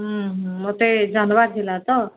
ଉଁ ହୁଁ ମୋତେ ଜାଣିବାର ଥିଲା ତ